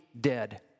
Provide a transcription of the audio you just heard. dead